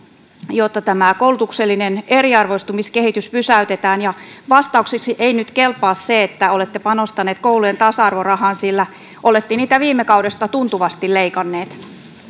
jotta tämä koulutuksellinen eriarvoistumiskehitys pysäytetään ja vastaukseksi ei nyt kelpaa se että olette panostaneet koulujen tasa arvorahaan sillä olette niitä viime kaudesta tuntuvasti leikanneet